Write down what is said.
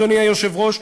אדוני היושב-ראש,